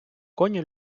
коні